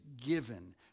given